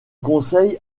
conseil